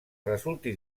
resulti